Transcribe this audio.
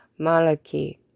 Malaki